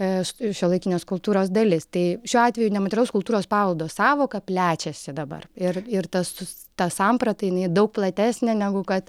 šiuolaikinės kultūros dalis tai šiuo atveju nematerialaus kultūros paveldo sąvoka plečiasi dabar ir ir tas ta samprata jinai daug platesnė negu kad